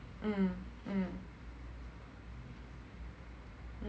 mm mm